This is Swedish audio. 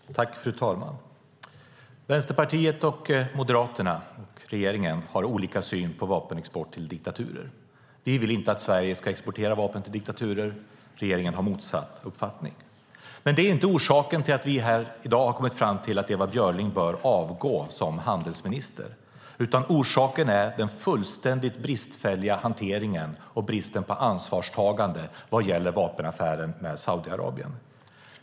Fru talman! Vänsterpartiet, Moderaterna och regeringen har olika syn på vapenexport till diktaturer. Vi vill inte att Sverige ska exportera vapen till diktaturer. Regeringen har motsatt uppfattning. Det är inte orsaken till att vi här i dag har kommit fram till att Ewa Björling bör avgå som handelsminister. Orsaken är den fullständigt bristfälliga hanteringen och bristen på ansvarstagande när det gäller vapenaffären med Saudiarabien.